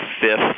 fifth